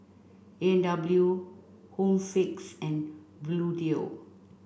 A and W Home Fix and Bluedio